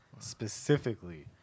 specifically